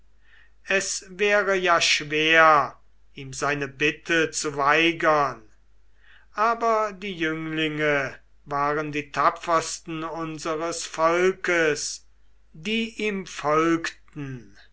es wäre ja schwer ihm seine bitte zu weigern aber die jünglinge waren die tapfersten unseres volkes die ihm folgten